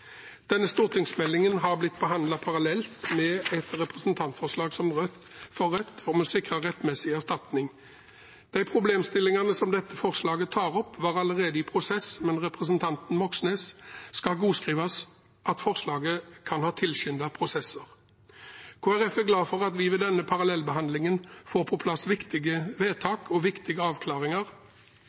Denne stortingsmeldingen har blitt behandlet parallelt med et representantforslag fra Rødt om å sikre rettmessig erstatning. De problemstillingene dette forslaget tar opp, var allerede i prosess, men representanten Moxnes skal godskrives at forslaget kan ha tilskyndet prosesser. Kristelig Folkeparti er glad for at vi ved denne parallellbehandlingen får på plass viktige vedtak og viktige avklaringer